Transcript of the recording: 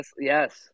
Yes